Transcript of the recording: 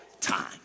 time